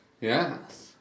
Yes